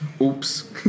Oops